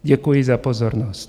Děkuji za pozornost.